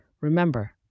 Remember